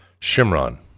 Shimron